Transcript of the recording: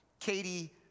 Katie